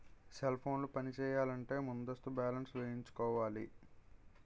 cell ఫోన్లు పనిచేయాలంటే ముందస్తుగా బ్యాలెన్స్ వేయించుకోవాలి